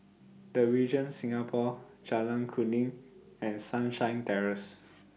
The Regent Singapore Jalan Kuning and Sunshine Terrace